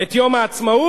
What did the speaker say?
את יום העצמאות,